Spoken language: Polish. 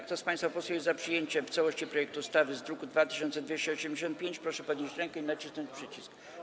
Kto z państwa posłów jest za przyjęciem w całości projektu ustawy w brzmieniu z druku nr 2285, proszę podnieść rękę i nacisnąć przycisk.